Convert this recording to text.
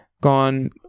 gone